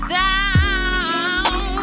down